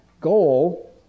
goal